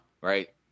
Right